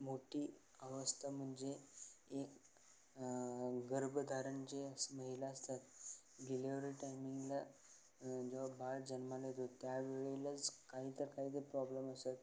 मोठी अवस्था म्हणजे एक गर्भधारण जे महिला असतात डिलेवरी टायमिंगला जेव्हा बाळ जन्माला येतो त्यावेळेलाच काही ना काही तरी प्रॉब्लेम असतात